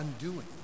undoing